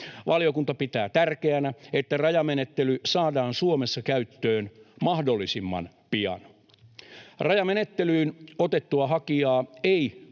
Valiokunta pitää tärkeänä, että rajamenettely saadaan Suomessa käyttöön mahdollisimman pian. Rajamenettelyyn otettua hakijaa ei